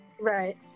Right